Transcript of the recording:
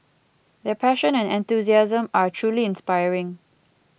their passion and enthusiasm are truly inspiring